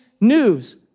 news